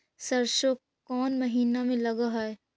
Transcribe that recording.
सरसों कोन महिना में लग है?